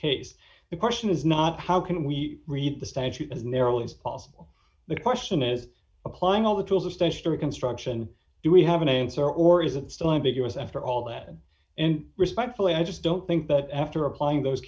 case the question is not how can we read the statute as nearly as possible the question is applying all the tools of stage to reconstruction do we have an answer or is it still ambiguous after all that and respectfully i just don't think that after applying those